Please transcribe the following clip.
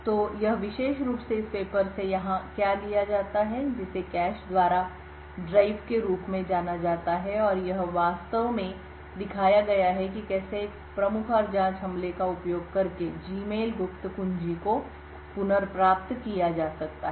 तो यह विशेष रूप से इस पेपर से यहां क्या लिया जाता है जिसे कैश द्वारा ड्राइवके रूप में जाना जाता है और यह वास्तव में दिखाया गया है कि कैसे एक प्रमुख और जांच हमले का उपयोग करके जीमेल गुप्त कुंजी को पुनर्प्राप्त किया जा सकता है